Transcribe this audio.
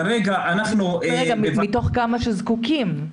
כרגע אנחנו --- רגע, מתוך כמה שזקוקים?